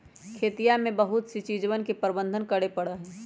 खेतिया में बहुत सी चीजवन के प्रबंधन करे पड़ा हई